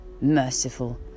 merciful